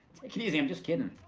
it easy, i'm just kiddin'.